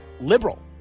liberal